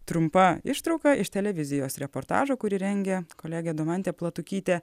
trumpa ištrauka iš televizijos reportažo kurį rengia kolegė domantė platūkytė